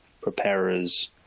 preparers